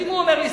ואם הוא אומר לי,